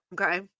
Okay